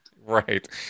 right